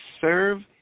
serve